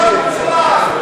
נא להגיש לי את תוצאות ההצבעה.